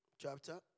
chapter